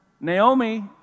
Naomi